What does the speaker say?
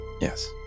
Yes